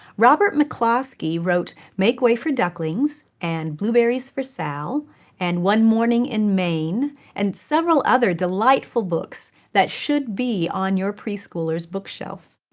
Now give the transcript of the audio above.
robert mccloskey wrote make way for ducklings and blueberries for sal and one morning in maine and several other delightful books that should be on your preschooler's bookshelf.